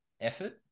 effort